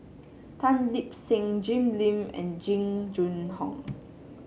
Tan Lip Seng Jim Lim and Jing Jun Hong